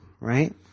Right